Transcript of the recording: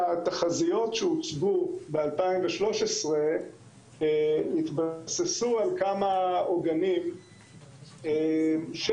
התחזיות שהוצגו ב-2013 התבססו על כמה עוגנים של